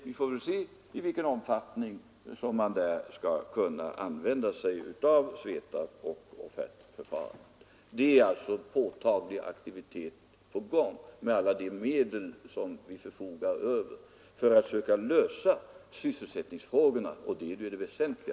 Vi får väl se i vilken omfattning som man där skulle kunna använda SVETAB och offertförfarandet. Det är alltså en påtaglig aktivitet på gång med alla de medel som vi förfogar över för att lösa sysselsättningsfrågorna, och det är ju det väsentliga.